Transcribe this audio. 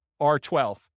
R12